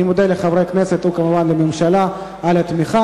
אני מודה לחברי הכנסת ולממשלה על התמיכה